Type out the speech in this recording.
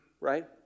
right